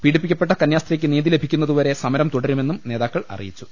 പീഡിപ്പിക്കപ്പെട്ട കന്യാസ്ത്രീക്ക് നീതിലഭിക്കുന്നതുവരെ സമരം തുടരുമെന്നും നേ താക്കൾ അറിയിച്ചു